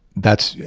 that's,